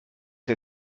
der